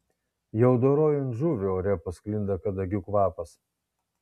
jau dorojant žuvį ore pasklinda kadagių kvapas